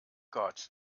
gott